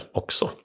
också